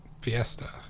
Fiesta